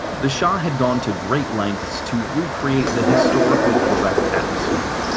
the shah had gone to great lengths to re-create the historically correct atmosphere.